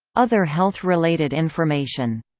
other health related information.